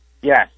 Yes